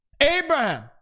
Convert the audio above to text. Abraham